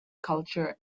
culture